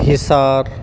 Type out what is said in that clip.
حصار